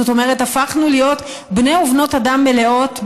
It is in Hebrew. זאת אומרת הפכנו להיות בני ובנות אדם מלאות,